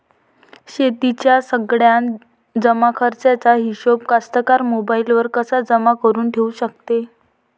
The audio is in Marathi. शेतीच्या सगळ्या जमाखर्चाचा हिशोब कास्तकार मोबाईलवर कसा जमा करुन ठेऊ शकते?